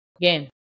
again